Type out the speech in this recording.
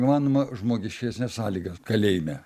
įmanoma žmogiškesnes sąlygas kalėjime